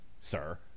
sir